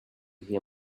hear